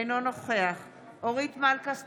אינו נוכח אורית מלכה סטרוק,